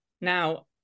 Now